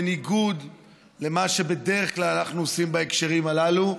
בניגוד למה שבדרך כלל אנחנו עושים בהקשרים הללו,